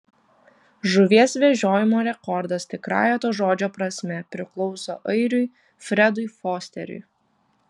žuvies vežiojimo rekordas tikrąja to žodžio prasme priklauso airiui fredui fosteriui